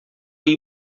you